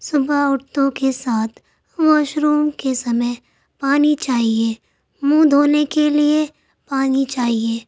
صبح اٹھتو کے ساتھ واش روم کے سمے پانی چاہیے منہ دھونے کے لیے پانی چاہیے